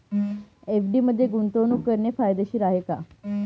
FD मध्ये गुंतवणूक करणे फायदेशीर आहे का?